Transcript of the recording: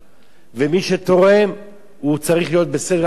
ומי שתורם הוא צריך להיות בסדר עדיפויות,